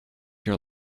your